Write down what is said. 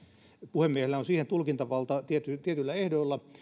puhemiehellä on siihen tulkintavalta tietyillä tietyillä ehdoilla